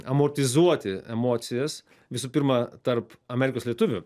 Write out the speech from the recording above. amortizuoti emocijas visų pirma tarp amerikos lietuvių